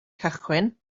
cychwyn